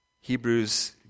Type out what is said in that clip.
Hebrews